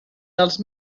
dels